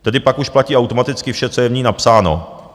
Tedy pak už platí automaticky vše, co je v ní napsáno.